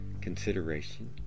consideration